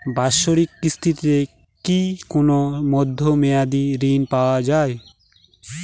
বাৎসরিক কিস্তিতে কি কোন মধ্যমেয়াদি ঋণ পাওয়া যায়?